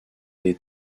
des